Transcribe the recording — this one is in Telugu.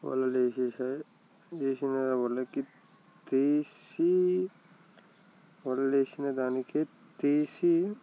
వలలు వేసేసి వేసిన వలకి తీసి వలలు వేసిన దానికే తీసి